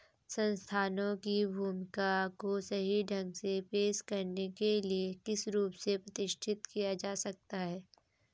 संस्थानों की भूमिका को सही ढंग से पेश करने के लिए किस रूप से प्रतिष्ठित किया जा सकता है?